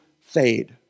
fade